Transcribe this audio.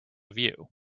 view